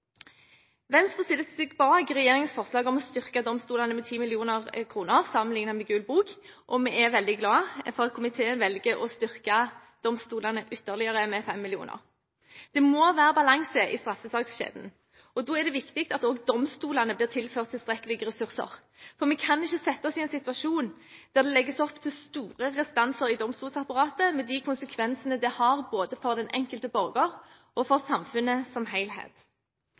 Venstre stiller seg bak regjeringens forslag om å styrke domstolene med 10 mill. kr sammenlignet med Gul bok, og vi er veldig glad for at komiteen velger å styrke domstolene med ytterligere 5 mill. kr. Det må være balanse i straffesakskjeden, og da er det viktig at også domstolene blir tilført tilstrekkelige ressurser. Vi kan ikke sette oss i en situasjon der det legges opp til store restanser i domstolsapparatet, med de konsekvensene det har både for den enkelte borger og for samfunnet som